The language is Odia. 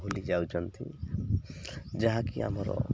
ଭୁଲି ଯାଉଛନ୍ତି ଯାହାକି ଆମର